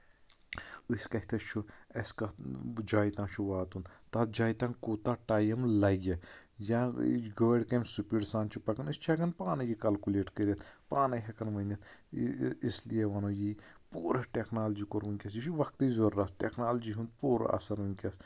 أسۍ کَتتھس چھِ اَسہِ کَتھ جایہِ تام چھُ واتُن تَتھ جایہِ تام کوٗتاہ ٹایم لگہِ یا گٲڑ کَمہِ سُپیٖڈِ سان چھِ پَکان أسۍ چھِ ہٮ۪کان پانے یہِ کلکُلیٹ کٔرِتھ پانے ہٮ۪کان ؤنِتھ اس لیے وَنو یی پوٗرٕ ٹیکنالوجی کوٚر ؤنٛکیٚس یہِ چھِ وقتٕچ ضروٗرت ٹیکنالوجی ہُنٛد پورٕ اَثر ؤنٛکیٚس